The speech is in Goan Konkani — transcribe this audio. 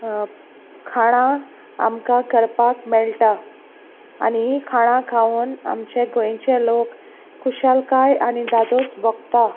खाणां आमकां करपाक मेळटा आनी हीं खाणां खावन आमचे गोंयचे लोक खुशालकाय आनी दादोस भोगता